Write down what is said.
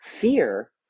Fear